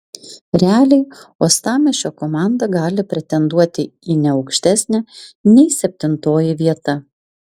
realiai uostamiesčio komanda gali pretenduoti į ne aukštesnę nei septintoji vieta